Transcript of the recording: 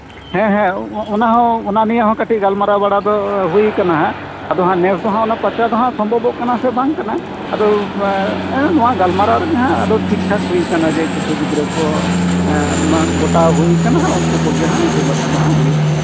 ᱦᱮᱸ ᱦᱮᱸ ᱚᱱᱟ ᱦᱚᱸ ᱚᱱᱟ ᱱᱤᱭᱮ ᱦᱚᱸ ᱠᱟᱹᱴᱤᱡ ᱜᱟᱞᱢᱟᱨᱟᱣ ᱵᱟᱲᱟ ᱫᱚ ᱦᱩᱭ ᱠᱟᱱᱟ ᱦᱟᱸᱜ ᱟᱫᱚ ᱱᱮᱥ ᱫᱚᱦᱟᱸᱜ ᱚᱱᱟ ᱯᱟᱸᱪᱟ ᱫᱚᱦᱟᱸᱜ ᱥᱚᱢᱵᱷᱚᱵᱚᱜ ᱠᱟᱱᱟ ᱥᱮ ᱵᱟᱝ ᱠᱟᱱᱟ ᱟᱫᱚ ᱦᱮᱸ ᱱᱚᱣᱟ ᱜᱟᱞᱢᱟᱨᱟᱣ ᱨᱮᱜᱮ ᱴᱷᱤᱠᱴᱷᱟᱠ ᱦᱩᱭᱟᱠᱟᱱᱟ ᱡᱮ ᱠᱤᱪᱷᱩ ᱜᱤᱫᱽᱨᱟᱹ ᱠᱚ ᱢᱟᱹᱱ ᱜᱚᱴᱟ ᱦᱩᱭ ᱠᱟᱱᱟ ᱦᱟᱸᱜ ᱩᱱᱠᱩ ᱠᱚᱜᱮ ᱦᱟᱸᱜ ᱤᱥᱤᱱ ᱵᱟᱥᱟᱝ ᱫᱚ ᱦᱟᱸᱜ ᱦᱩᱭᱩᱜᱼᱟ ᱦᱟᱸᱜ